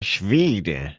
schwede